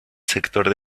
sector